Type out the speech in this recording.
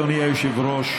אדוני היושב-ראש,